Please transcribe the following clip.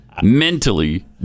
Mentally